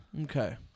Okay